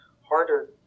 harder